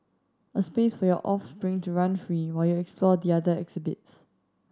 a space for your offspring to run free while you explore the other exhibits